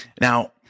Now